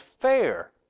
fair